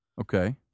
Okay